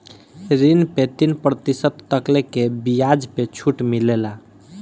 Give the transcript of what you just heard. ऋण पे तीन प्रतिशत तकले के बियाज पे छुट मिलेला